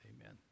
Amen